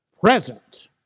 present